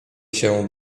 się